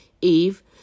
Eve